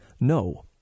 No